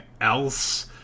else